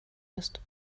ist